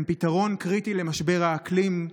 הם פתרון קריטי למשבר האקלים,